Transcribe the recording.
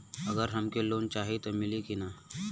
अगर हमके लोन चाही त मिली की ना?